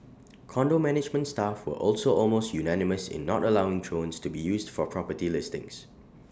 condo management staff also almost unanimous in not allowing drones to be used for property listings